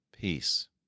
peace